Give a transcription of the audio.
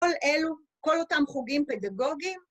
כל אלו, כל אותם חוגים פדאגוגיים.